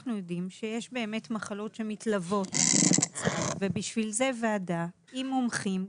אנחנו יודעים שיש באמת מחלות שמתלוות ובשביל זה יש ועדה עם מומחים,